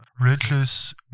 religious